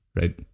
Right